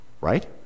Right